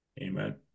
Amen